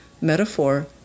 metaphor